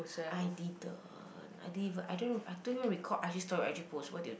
I didn't I didn't even I don't I don't even record I_G story I_G post what do you think